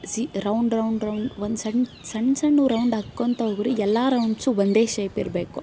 C round round round ಒಂದು ಸಣ್ಣ ಸಣ್ಣ ಸಣ್ಣ ರೌಂಡ್ ಹಾಕ್ಕೊಳ್ತಾ ಹೋಗಿರಿ ಎಲ್ಲ ರೌಂಡ್ಸು ಒಂದೇ ಶೇಪ್ ಇರಬೇಕು